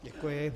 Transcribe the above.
Děkuji.